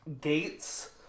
gates